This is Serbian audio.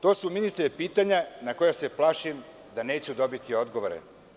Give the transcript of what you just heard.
To su, ministre, pitanja na koja se plašim da neću dobiti odgovore.